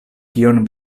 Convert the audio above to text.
kion